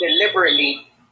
deliberately